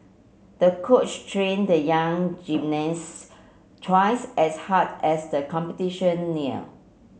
the coach trained the young gymnast twice as hard as the competition near